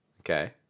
Okay